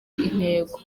intego